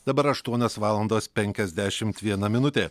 dabar aštuonios valandos penkiasdešimt viena minutė